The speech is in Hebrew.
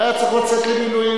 והוא היה צריך לצאת למילואים.